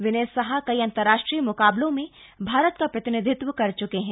विनय साह कई अंतरराष्ट्रीय मुकाबलों में भारत का प्रतिनिधित्व कर च्के है